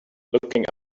looking